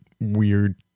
weird